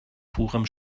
purem